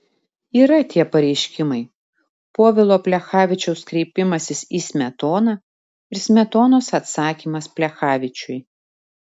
yra tie pareiškimai povilo plechavičiaus kreipimasis į smetoną ir smetonos atsakymas plechavičiui